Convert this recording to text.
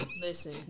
Listen